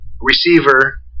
receiver